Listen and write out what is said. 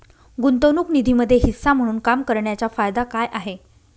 गुंतवणूक निधीमध्ये हिस्सा म्हणून काम करण्याच्या फायदा काय आहे?